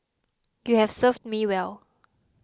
you have served me well